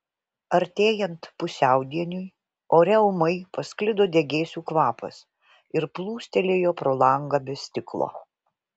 artėjant pusiaudieniui ore ūmai pasklido degėsių kvapas ir plūstelėjo pro langą be stiklo